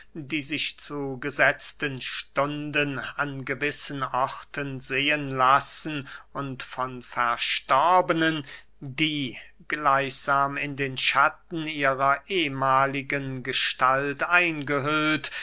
die sich zu gesetzten stunden an gewissen orten sehen lassen und von verstorbenen die gleichsam in den schatten ihrer ehmahligen gestalt eingehüllt